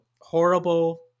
horrible